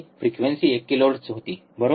frequency एक kilohertz होती बरोबर